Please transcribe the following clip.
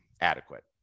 adequate